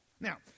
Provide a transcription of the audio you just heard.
Now